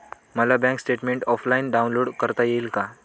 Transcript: मला bank statement offline download करता येईल का?